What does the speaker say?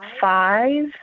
five